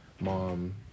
mom